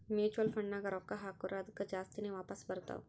mutual ಫಂಡ್ನಾಗ್ ರೊಕ್ಕಾ ಹಾಕುರ್ ಅದ್ದುಕ ಜಾಸ್ತಿನೇ ವಾಪಾಸ್ ಬರ್ತಾವ್